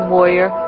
Warrior